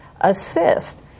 assist